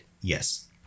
yes